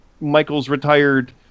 Michaels-retired